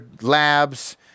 labs